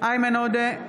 איימן עודה,